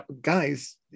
guys